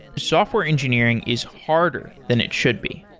software engineering is harder than it should be.